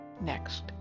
Next